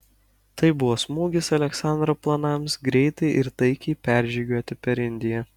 tai buvo smūgis aleksandro planams greitai ir taikiai peržygiuoti per indiją